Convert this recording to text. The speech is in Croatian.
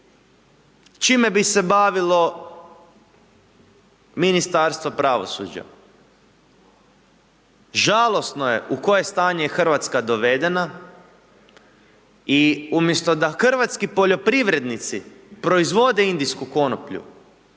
čime bi se bavilo Ministarstvo pravosuđa. Žalosno je u koje stanje je Hrvatska dovedena i umjesto da hrvatski poljoprivrednici proizvode indijsku konoplju,